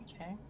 Okay